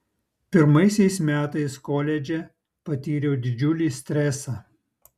pirmaisiais metais koledže patyriau didžiulį stresą